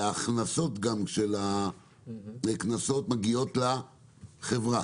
וההכנסות של הקנסות מגיעות לחברה,